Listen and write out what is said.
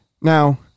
Now